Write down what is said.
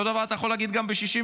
אותו דבר אתה יכול להגיד גם על 1967,